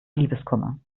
liebeskummer